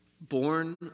born